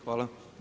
Hvala.